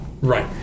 Right